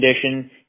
condition